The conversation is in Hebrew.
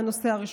הנושא הראשון.